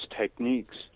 techniques